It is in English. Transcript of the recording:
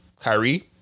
Kyrie